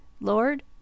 Lord